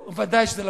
ודאי שזה לפרוטוקול.